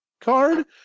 card